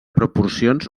proporcions